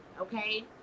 Okay